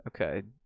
okay